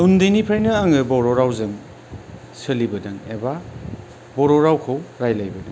उन्दैनिफ्रायनो आङो बर' रावजों सोलिबोदों एबा बर' रावखौ रायज्लायदों